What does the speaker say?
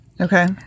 Okay